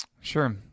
Sure